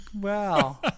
Wow